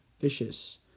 vicious